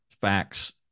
facts